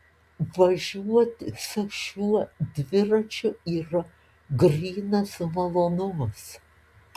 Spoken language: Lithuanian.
važiuoti su šiuo dviračiu yra grynas malonumas